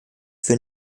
für